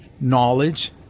knowledge